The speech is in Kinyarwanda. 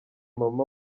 mama